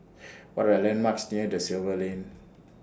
What Are landmarks near DA Silva Lane